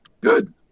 good